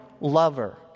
lover